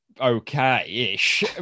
okay-ish